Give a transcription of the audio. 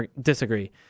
disagree